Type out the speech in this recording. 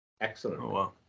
Excellent